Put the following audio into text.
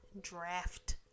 draft